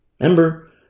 Remember